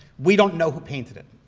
we don't know who painted it.